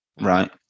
right